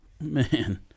man